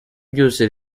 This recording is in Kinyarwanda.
byose